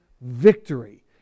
victory